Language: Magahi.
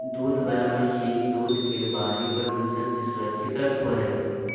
दूध वला मशीन दूध के बाहरी प्रदूषण से सुरक्षित रखो हइ